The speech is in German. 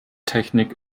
technik